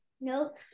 Nope